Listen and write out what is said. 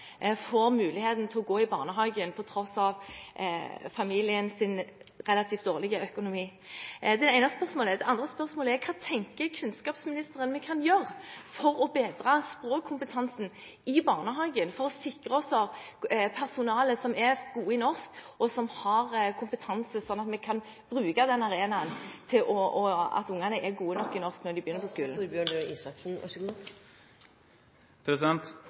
får muligheten til å gå i barnehagen, på tross av familiens relativt dårlige økonomi? Det er det ene spørsmålet. Det andre spørsmålet er: Hva tenker kunnskapsministeren at vi kan gjøre for å bedre språkkompetansen i barnehagen, for å sikre oss et personale som er gode i norsk, og som har kompetanse, slik at vi kan bruke den arenaen til å sørge for at ungene er gode nok i norsk når de begynner på skolen?